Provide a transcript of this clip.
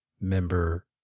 member